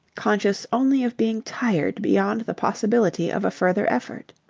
conscious only of being tired beyond the possibility of a further effort.